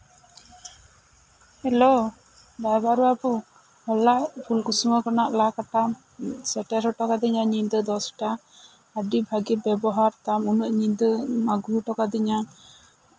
hello driver ᱵᱟᱹᱵᱩ ᱦᱚᱞᱟ ᱯᱷᱩᱞ ᱠᱩᱥᱢᱟ ᱠᱷᱚᱱᱟᱜ ᱞᱟᱣᱠᱟᱴᱟ ᱥᱮᱴᱮᱨ ᱦᱚᱴᱚ ᱠᱟᱫᱤᱧᱟ ᱧᱤᱫᱟᱹ ᱫᱚᱥᱴᱟ ᱟᱹᱰᱤ ᱵᱷᱟᱹᱜᱤ ᱵᱮᱵᱚᱦᱟᱨ ᱛᱟᱢ ᱩᱱᱟᱹᱜ ᱧᱤᱫᱟᱹᱢ ᱟᱹᱜᱩ ᱦᱚᱴᱚ ᱠᱟᱫᱤᱧᱟ